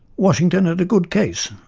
washington had a good case,